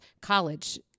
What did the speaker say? college